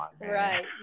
Right